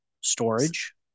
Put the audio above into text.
Storage